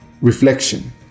reflection